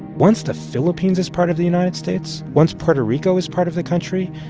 once the philippines is part of the united states, once puerto rico is part of the country,